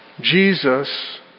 Jesus